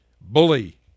Bully